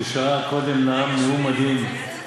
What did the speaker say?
ששעה קודם נאם נאום מדהים,